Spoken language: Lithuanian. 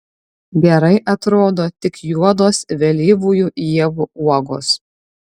gerai atrodo tik juodos vėlyvųjų ievų uogos